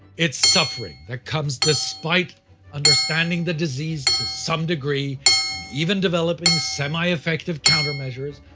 it's suffering that comes despite understanding the disease to some degree and even developing semi effective counter measures,